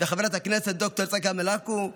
וחברת הכנסת ד"ר צגה מלקו.